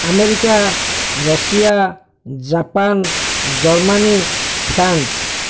America Russia Japan Germany France